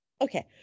Okay